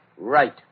Right